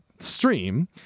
stream